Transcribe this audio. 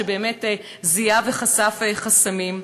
שבאמת זיהה וחשף חסמים.